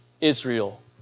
Israel